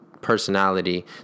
personality